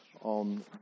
on